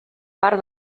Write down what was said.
part